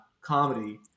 comedy